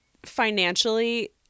financially